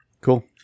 Cool